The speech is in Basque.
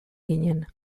ginen